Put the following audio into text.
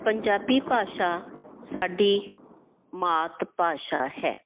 ਪੰਜਾਬੀ ਭਾਸ਼ਾ ਸਾਡੀ ਮਾਤ ਭਾਸ਼ਾ ਹੈ